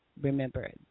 remember